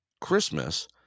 Christmas